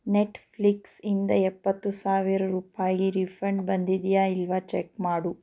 ನೆಟ್ಫ್ಲಿಕ್ಸ್ನಿಂದ ಎಪ್ಪತ್ತು ಸಾವಿರ ರೂಪಾಯಿ ರೀಫಂಡ್ ಬಂದಿದೆಯಾ ಇಲ್ವಾ ಚೆಕ್ ಮಾಡು